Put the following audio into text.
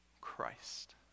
Christ